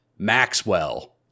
Maxwell